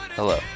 Hello